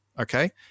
okay